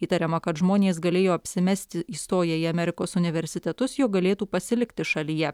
įtariama kad žmonės galėjo apsimesti įstoję į amerikos universitetus jog galėtų pasilikti šalyje